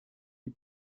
die